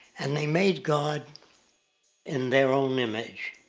and the made god in their own image.